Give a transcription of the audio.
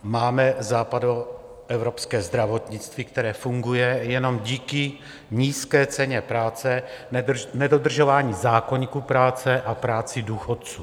Máme západoevropské zdravotnictví, které funguje jenom díky nízké ceně práce, nedodržování zákoníku práce a práci důchodců.